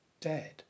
dead